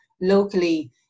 locally